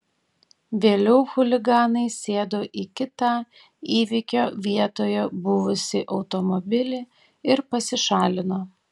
vėliau chuliganai sėdo į kitą įvykio vietoje buvusį automobilį ir pasišalino